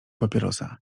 papierosa